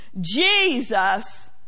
Jesus